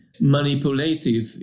manipulative